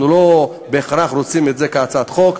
אנחנו לא בהכרח רוצים את זה כהצעת חוק.